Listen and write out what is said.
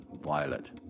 violet